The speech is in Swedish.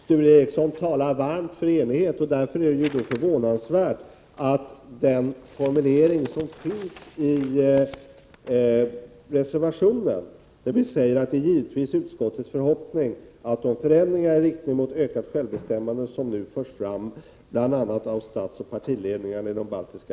Sture Ericson talar varmt för enighet. - Därför är det förvånansvärt att formuleringen i den borgerliga reservationen anses vara så förgriplig och så oacceptabel ur socialdemokratisk synvinkel att socialdemokraterna, trots den vilja till enighet som Sture Ericson ger uttryck för, inte kunde ställa sig bakom formuleringen i reservationen.